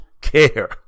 care